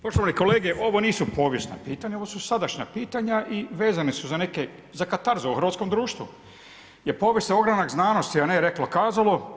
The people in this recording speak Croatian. Poštovani kolege, ovo nisu povijesna pitanja, ovo su sadašnja pitanja i vezana su za neke, za katarzu u hrvatskom društvu, jer povijesni ogranak znanosti, a ne rekla-kazala.